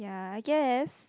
ya I guess